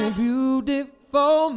beautiful